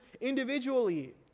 individually